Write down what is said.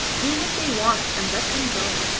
do what they want and let them go.